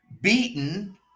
Beaten